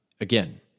Again